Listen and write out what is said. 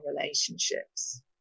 relationships